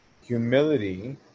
Humility